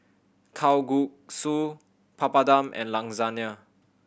Kalguksu Papadum and Lasagne